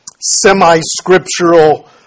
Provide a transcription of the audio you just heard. semi-scriptural